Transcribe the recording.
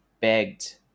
begged